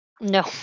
No